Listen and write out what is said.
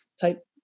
type